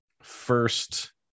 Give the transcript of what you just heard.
first